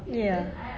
ya